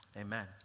amen